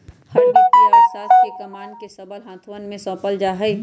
हर वित्तीय अर्थशास्त्र के कमान के सबल हाथवन में सौंपल जा हई